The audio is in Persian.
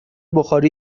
بخاری